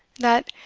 that,